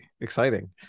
exciting